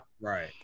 right